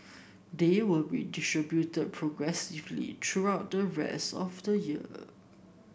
they will be distributed progressively throughout the rest of the year